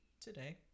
Today